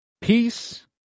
peace